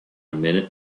minute